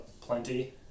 Plenty